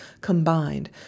combined